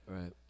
Right